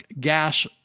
gas